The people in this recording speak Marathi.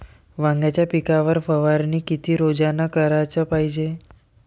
वांग्याच्या पिकावर फवारनी किती रोजानं कराच पायजे?